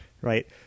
right